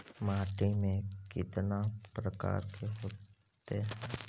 माटी में कितना प्रकार के होते हैं?